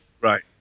Right